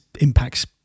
impacts